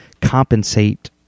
compensate